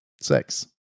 sex